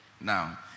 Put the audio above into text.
Now